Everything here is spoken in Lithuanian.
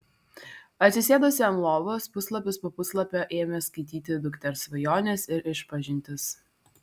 atsisėdusi ant lovos puslapis po puslapio ėmė skaityti dukters svajones ir išpažintis